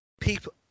people